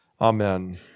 Amen